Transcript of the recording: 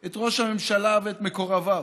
את ראש הממשלה ואת מקורביו.